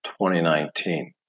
2019